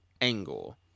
angle